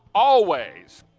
always.